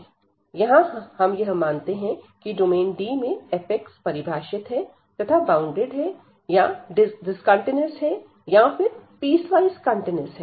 यहां हम यह मानते हैं की डोमेन D में f परिभाषित है तथा बॉउंडेड या डिस्कंटीन्यूअस या फिर पीस वॉइस कंटीन्यूअस है